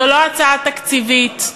זו לא הצעה תקציבית,